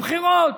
בבחירות.